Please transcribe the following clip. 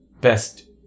best